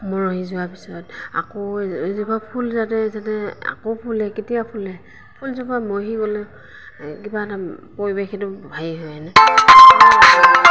মৰহি যোৱা পিছত আকৌ এজোপা ফুল যাতে যাতে আকৌ ফুলে কেতিয়া ফুলে ফুলজোপা মৰহি গ'লে কিবা এটা পৰিৱেশ এটা হেৰি হয়নে